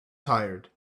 tired